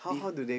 bef~